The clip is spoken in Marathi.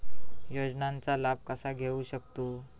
योजनांचा लाभ कसा घेऊ शकतू?